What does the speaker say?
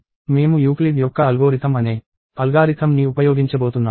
మేము యూక్లిడ్ యొక్క అల్గోరిథం అనే అల్గారిథమ్ని ఉపయోగించబోతున్నాము